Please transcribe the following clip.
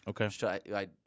Okay